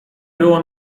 było